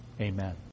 Amen